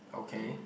okay